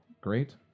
Great